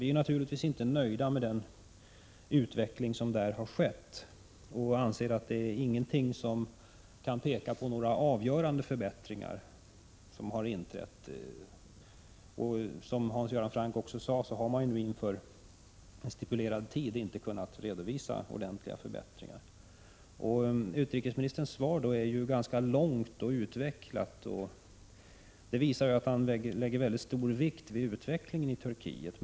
Vi är naturligtvis inte nöjda med utvecklingen i Turkiet och anser inte att någonting har skett som kan tyda på att några avgörande förbättringar har inträtt. Som Hans Göran Franck sade har den turkiska regeringen inte kunnat redovisa ordentliga förbättringar inom stipulerad tid. Utrikesministerns svar är ganska långt och utvecklat. Det visar att han lägger stor vikt vid utvecklingen i Turkiet.